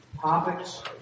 topics